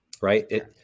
right